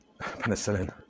penicillin